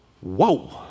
Whoa